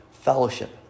Fellowship